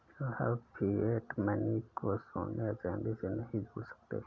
आप fiat money को सोने या चांदी से नहीं जोड़ सकते